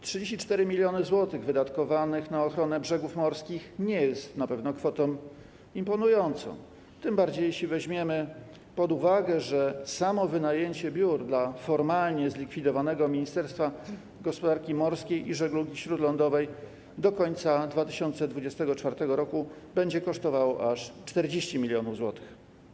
34 mln zł wydatkowane na ochronę brzegów morskich to nie jest na pewno kwota imponująca, tym bardziej jeżeli weźmiemy pod uwagę, że samo wynajęcie biur dla formalnie zlikwidowanego Ministerstwa Gospodarki Morskiej i Żeglugi Śródlądowej do końca 2024 r. będzie kosztowało aż 40 mln zł.